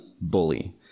bully